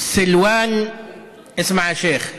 סלוואן (אומר בערבית ומתרגם:)